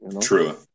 True